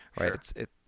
right